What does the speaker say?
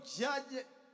judge